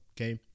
okay